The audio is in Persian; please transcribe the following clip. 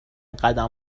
قدم